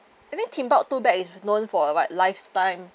I think timbuktu bag is known for a what lifetime